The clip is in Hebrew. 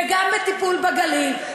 וגם בטיפול בגליל,